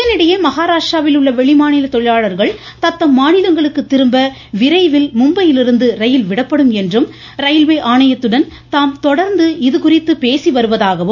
இதனிடையே மகாராஷ்டிராவில் உள்ள வெளிமாநில தொழிலாளர்கள் தத்தம் மாநிலங்களுக்கு திரும்ப விரைவில் மும்பையிலிருந்து ரயில் விடப்படும் என்றும் ரயில்வே ஆணையத்துடன் தாம் தொடர்ந்து இதுகுறித்து பேசி வருவதாகவும்